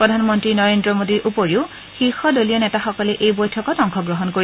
প্ৰধানমন্ত্ৰী নৰেন্দ্ৰ মোডীৰ উপৰিও শীৰ্ষ দলীয় নেতাসকলে এই বৈঠকত অংশগ্ৰহণ কৰিব